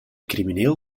crimineel